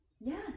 yes